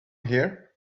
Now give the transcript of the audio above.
here